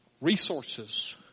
Resources